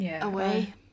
away